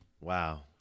Wow